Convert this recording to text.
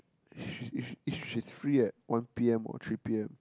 she if she's free at one P_M or three P_M